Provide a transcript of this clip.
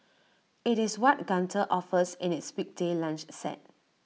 IT is what Gunther offers in its weekday lunch set